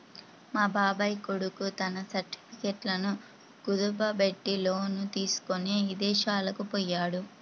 మా బాబాయ్ కొడుకు తన సర్టిఫికెట్లను కుదువబెట్టి లోను తీసుకొని ఇదేశాలకు పొయ్యాడు